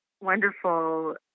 wonderful